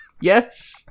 Yes